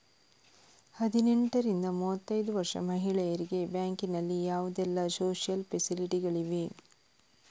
ಹದಿನೆಂಟರಿಂದ ಮೂವತ್ತೈದು ವರ್ಷ ಮಹಿಳೆಯರಿಗೆ ಬ್ಯಾಂಕಿನಲ್ಲಿ ಯಾವುದೆಲ್ಲ ಸೋಶಿಯಲ್ ಫೆಸಿಲಿಟಿ ಗಳಿವೆ?